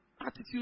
Attitude